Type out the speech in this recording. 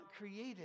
created